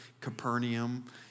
Capernaum